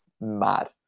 mad